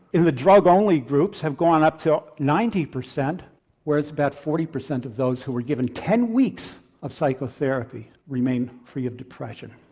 in the drug only groups have gone up to ninety percent whereas about forty percent of those who were given ten weeks of psychotherapy remain free of depression.